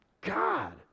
God